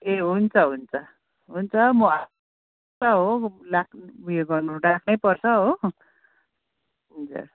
ए हुन्छ हुन्छ हुन्छ यो गर्नु राख्नैपर्छ हो हजुर